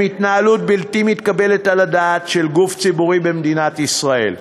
התנהלות בלתי מתקבלת על הדעת של גוף ציבורי במדינת ישראל.